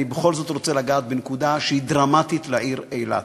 אני בכל זאת רוצה לגעת בנקודה שהיא דרמטית לעיר אילת,